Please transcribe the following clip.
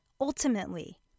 ultimately